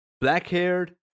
black-haired